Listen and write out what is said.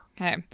Okay